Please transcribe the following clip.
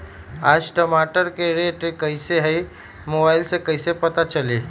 आज टमाटर के रेट कईसे हैं मोबाईल से कईसे पता चली?